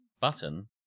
button